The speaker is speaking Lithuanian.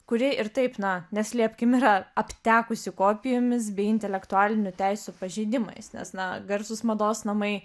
kurie ir taip na neslėpkim yra aptekusi kopijomis bei intelektualinių teisių pažeidimais nes na garsūs mados namai